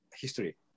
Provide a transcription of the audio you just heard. history